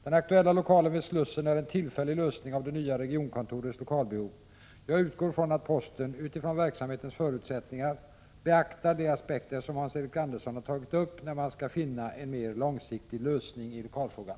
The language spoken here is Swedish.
Den aktuella lokalen vid Slussen är en tillfällig lösning av det nya regionkontorets lokalbehov. Jag utgår från att posten, utifrån verksamhetens förutsättningar, beaktar de aspekter som Hans-Eric Andersson har tagit upp när man skall finna en mer långsiktig lösning i lokalfrågan.